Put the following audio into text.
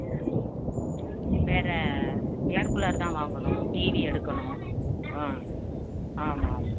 வேற ஏர்க்கூலர் தான் வாங்கணும் டிவி எடுக்கணும் ஆ ஆமாம் ஆமாம்